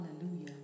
hallelujah